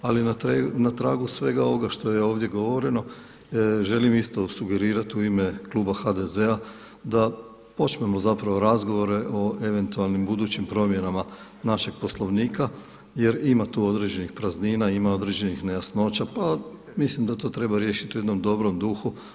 Ali na tragu svega ovoga što je ovdje govoreno, želim isto sugerirati u ime kluba HDZ-a da počnemo razgovore o eventualnim budućim promjenama našeg Poslovnika jer ima tu određenih praznina, ima određenih nejasnoća pa mislim da to treba riješiti u jednom dobrom duhu.